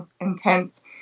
intense